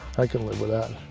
i can live with that.